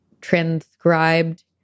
transcribed